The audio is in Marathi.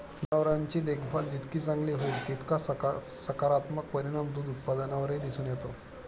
जनावरांची देखभाल जितकी चांगली होईल, तितका सकारात्मक परिणाम दूध उत्पादनावरही दिसून येतो